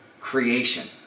creation